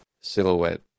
silhouette